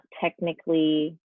technically